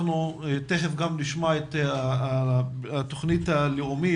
מיד נשמע את העקרונות של התוכנית הלאומית